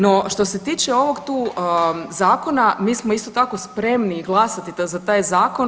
No, što se tiče ovog tu zakona mi smo isto tako spremni glasati za taj zakon.